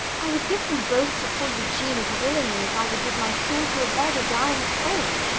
i would give them both to poor eugene as willingly as i would give my shawl to a beggar dying of cold,